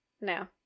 no